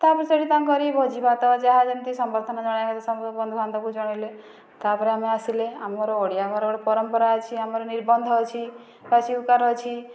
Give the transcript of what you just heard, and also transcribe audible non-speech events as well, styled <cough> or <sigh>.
ତା'ପରେ ସେଇଠି ତାଙ୍କରି ଭୋଜି ଭାତ ଯାହା ଯେମିତି ସମ୍ବର୍ଦ୍ଧନା ଜଣାଇବା କଥା ବନ୍ଧୁବାନ୍ଧବକୁ ଜଣାଇଲେ ତା'ପରେ ଆମେ ଆସିଲେ ଆମର ଓଡ଼ିଆ ଘରର ଗୋଟେ ପରମ୍ପରା ଅଛି ଆମର ନିର୍ବନ୍ଧ ଅଛି <unintelligible> ଅଛି